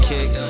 Kick